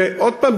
ועוד הפעם,